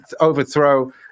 overthrow